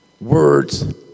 words